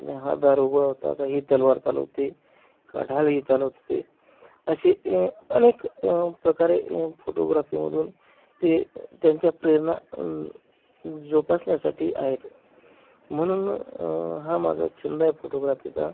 त्यांच्याकडे हा दारूगोळा होता का ही तलवार चालवत होते का ढाल ही चालवत होते अशी अनेक प्रकारे फोटोग्राफीमधून ते त्यांच्या प्रेरणा जोपासण्यासाठी आहेत म्हणून हा माझा छंद आहे फोटोग्राफीचा